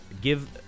give